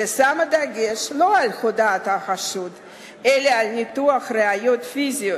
ששמה דגש לא על הודאת החשוד אלא על ניתוח ראיות פיזיות